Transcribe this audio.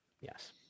Yes